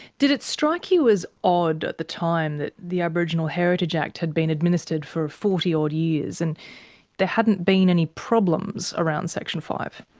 did it strike you as odd at the time that the aboriginal heritage act had been administered for forty odd years and there hadn't been any problems around section five?